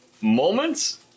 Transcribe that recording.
moments